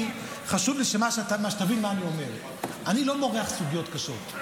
חשוב לי שתבין מה אני אומר: אני לא מורח סוגיות קשות,